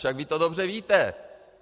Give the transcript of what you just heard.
Však vy to dobře víte!